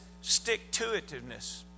stick-to-itiveness